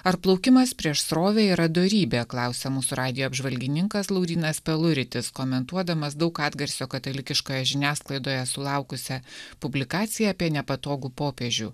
ar plaukimas prieš srovę yra dorybė klausia mūsų radijo apžvalgininkas laurynas peluritis komentuodamas daug atgarsio katalikiškoj žiniasklaidoje sulaukusią publikaciją apie nepatogų popiežių